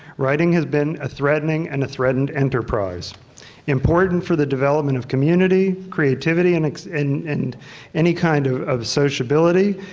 writing has been a threatening and a threatened enterprise important for the development of community, creativity, and and and any kind of of sociability,